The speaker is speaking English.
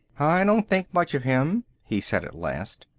i don't think much of him, he said at last.